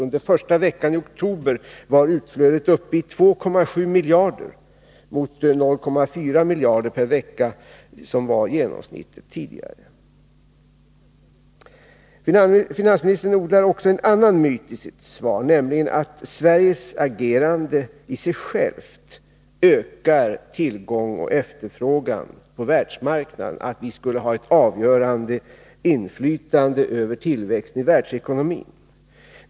Under första veckan i oktober var utflödet uppe i 2,7 miljarder, mot 0,4 miljarder per vecka som var genomsnittet tidigare. Finansministern odlar också en annan myt i sitt svar, nämligen att Sveriges agerande i sig självt ökar tillgång och efterfrågan på världsmarknaden, att vi skulle ha ett avgörande inflytande över tillväxten i världsekonomin.